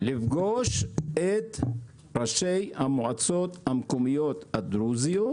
לפגוש את ראשי המועצות המקומיות הדרוזיות,